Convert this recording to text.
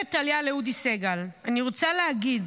ואומרת טליה לאודי סגל: אני רוצה להגיד